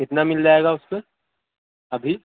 کتنا مل جائے گا اس پہ ابھی